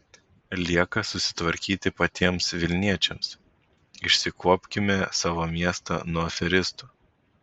lieka susitvarkyti patiems vilniečiams išsikuopkime savo miestą nuo aferistų